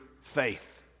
faith